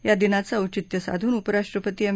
या दिनाचं औचित्य साधून उपराष्ट्रपती एम